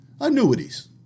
annuities